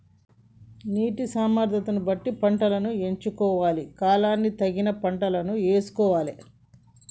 నీటి సామర్థ్యం ను బట్టి పంటలను ఎంచుకోవాలి, కాలానికి తగిన పంటలను యేసుకోవాలె